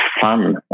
fun